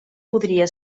podria